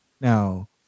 Now